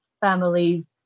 families